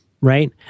right